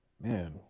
man